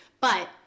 But-